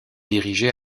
dirigé